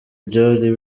byari